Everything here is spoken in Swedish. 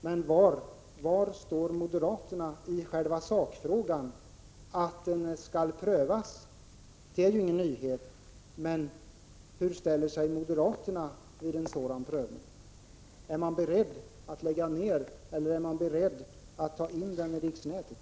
Men var står moderaterna i själva sakfrågan? Att inlandsbanan skall prövas är ingen nyhet, men hur ställer sig 15 moderaterna vid en sådan prövning? Är man beredd att lägga ner eller är man beredd att ta in den i riksnätet?